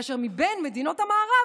כאשר מבין מדינות המערב,